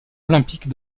olympique